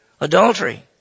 Adultery